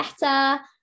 better